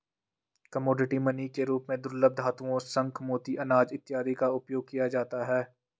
commodity money के रूप में दुर्लभ धातुओं शंख मोती अनाज इत्यादि का उपयोग किया जाता है